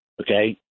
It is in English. okay